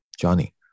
Johnny